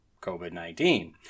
COVID-19